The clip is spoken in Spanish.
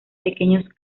pequeños